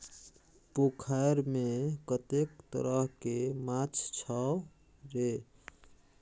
पोखैरमे कतेक तरहके माछ छौ रे?